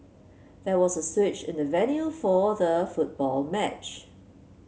there was a switch in the venue for the football match